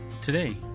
Today